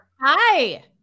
Hi